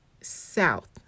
south